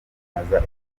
kwamamaza